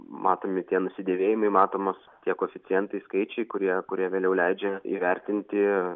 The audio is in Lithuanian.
matomi tie nusidėvėjimai matomas tie koeficientai skaičiai kurie kurie vėliau leidžia įvertinti